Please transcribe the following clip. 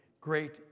Great